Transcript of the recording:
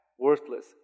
worthless